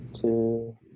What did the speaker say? two